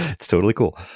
it's totally cool.